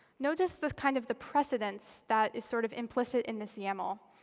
notice the kind of the precedence that is sort of implicit in this yaml.